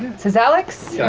this is alex. yeah